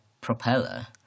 propeller